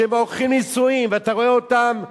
שהם עורכים נישואים, ואתה רואה אותם יום-יום,